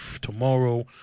tomorrow